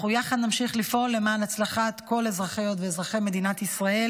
יחד נמשיך לפעול למען הצלחת כל אזרחיות ואזרחי מדינת ישראל